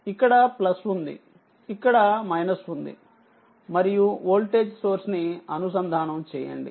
ఇక్కడ ఉందిఇక్కడ ఉందిమరియువోల్టేజ్ సోర్స్ ని అనుసంధానం చేయండి